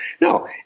No